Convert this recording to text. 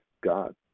God